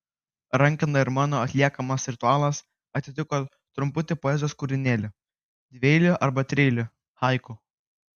rankena ir mano atliekamas ritualas atitiko trumputį poezijos kūrinėlį dvieilį arba trieilį haiku